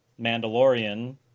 Mandalorian